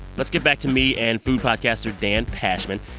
let's get back to me and food podcaster dan pashman.